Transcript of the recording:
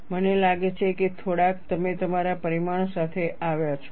મને લાગે છે કે થોડાક તમે તમારા પરિણામ સાથે આવ્યા છો